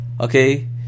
Okay